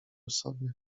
sobie